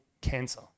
cancer